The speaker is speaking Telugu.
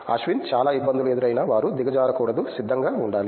అశ్విన్ చాలా ఇబ్బందులు ఎదురైనా వారు దిగజారకూడదు సిద్ధంగా ఉండాలి